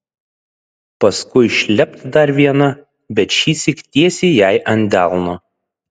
paskui šlept dar viena bet šįsyk tiesiai jai ant delno